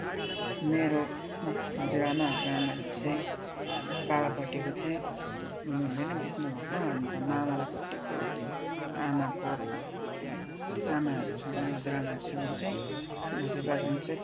मेरो हजुरआमाहरूको आमा चाहिँ बाबापट्टिको चाहिँ हुनुहुँदैन बित्नुभएको अन्त मावलपट्टिको आमाको आमाहरूसँग र हजुरआमाहरूसँग चाहिँ म चाहिँ